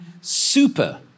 super